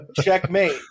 Checkmate